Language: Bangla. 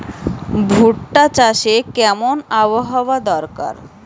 ভুট্টা চাষে কেমন আবহাওয়া দরকার?